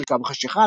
שריקה בחשיכה,